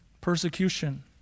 persecution